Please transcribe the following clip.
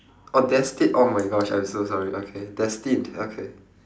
oh desti~ oh my gosh I'm so sorry okay destined okay